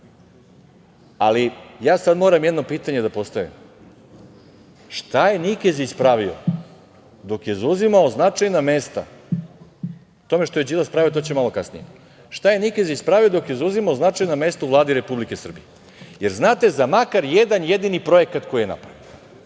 ja moram jedno pitanje da postavim. Šta je Nikezić pravio dok je zauzimao značajna mesta, o tome šta je Đilas pravio to ćemo malo kasnije, šta je Nikezić pravio dok je zauzimao značajna mesto u Vladi Republike Srbije? Jer, znate za makar jedan jedini projekat koji je napravio?